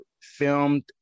Filmed